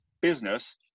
business